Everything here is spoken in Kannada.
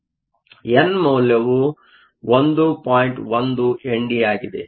ಆದ್ದರಿಂದಎನ್ ಮೌಲ್ಯವು 1